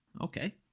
Okay